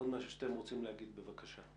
עוד משהו שאתם רוצים לומר, בבקשה.